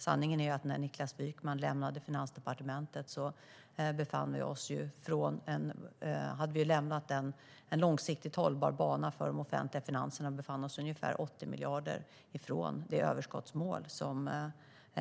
Sanningen är att när Niklas Wykman lämnade Finansdepartementet hade vi lämnat en långsiktigt hållbar bana för de offentliga finanserna och befann oss ungefär 80 miljarder från det överskottsmål som